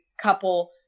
couple